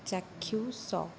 ଚାକ୍ଷୁଷ